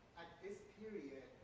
this period